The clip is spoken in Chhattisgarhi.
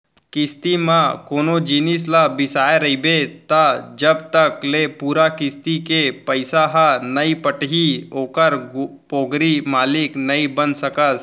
किस्ती म कोनो जिनिस ल बिसाय रहिबे त जब तक ले पूरा किस्ती के पइसा ह नइ पटही ओखर पोगरी मालिक नइ बन सकस